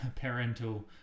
Parental